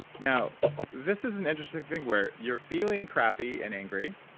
now, this is an interesting thing where you're feeling crappy and angry,